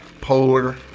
Polar